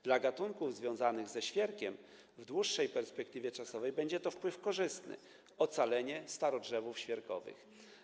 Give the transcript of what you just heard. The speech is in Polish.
Dla gatunków związanych ze świerkiem w dłuższej perspektywie czasowej będzie to wpływ korzystny: ocalenie starodrzewów świerkowych.